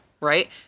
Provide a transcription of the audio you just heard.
Right